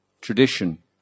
tradition